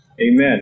Amen